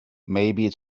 maybe